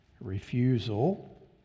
refusal